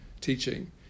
teaching